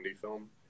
film